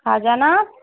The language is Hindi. आ जाना आप